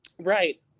right